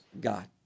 God